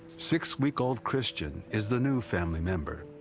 six-week-old christian is the new family member.